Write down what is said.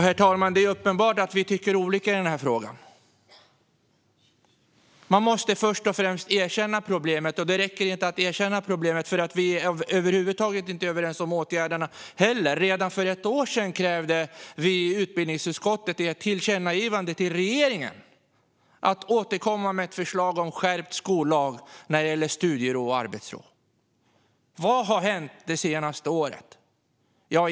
Herr talman! Det är uppenbart att vi tycker olika i denna fråga. Man måste först och främst erkänna problemet, även om detta inte räcker, för vi är över huvud taget inte överens, inte om åtgärderna heller. Redan för ett år sedan krävde vi i utbildningsutskottet i ett tillkännagivande att regeringen skulle återkomma med ett förslag om skärpt skollag när det gäller studiero och arbetsro. Vad har hänt det senaste året?